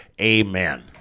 Amen